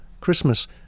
Christmas